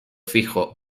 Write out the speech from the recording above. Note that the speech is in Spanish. fijo